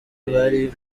bari